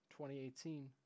2018